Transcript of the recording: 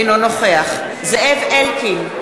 אינו נוכח זאב אלקין,